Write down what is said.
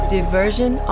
Diversion